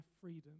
freedom